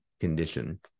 condition